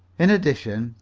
in addition,